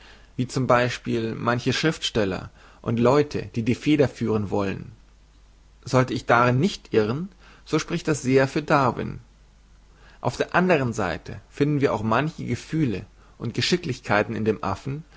wie z b manche schriftsteller und leute die die feder führen wollen sollte ich darin nicht irren so spricht das sehr für darwin auf der andern seite finden wir auch manche gefühle und geschicklichkeiten in dem affen